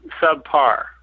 subpar